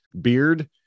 beard